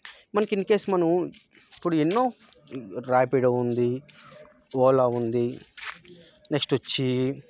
మనకి ఇన్కేస్ మనం ఇప్పుడు ఎన్నో ర్యాపిడో ఉంది ఓలా ఉంది నెక్స్ట్ వచ్చి